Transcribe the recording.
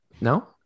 No